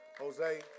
Jose